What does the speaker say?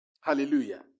Hallelujah